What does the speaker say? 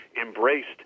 embraced